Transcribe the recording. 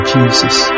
Jesus